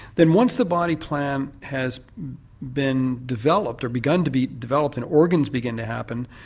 then once the body plan has been developed, or begun to be developed and organs begin to happen,